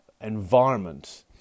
environment